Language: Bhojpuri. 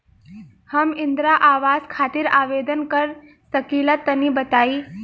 हम इंद्रा आवास खातिर आवेदन कर सकिला तनि बताई?